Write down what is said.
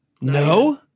No